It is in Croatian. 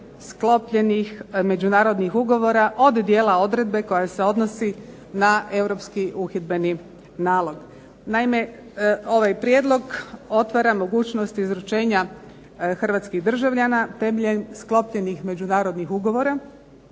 sklopljenih međunarodnih ugovora od djela odredbe koja se odnosi na europski uhidbeni nalog. Naime, ovaj prijedlog otvara mogućnost izručenja hrvatskih državljana temeljem sklopljenih međunarodnih ugovora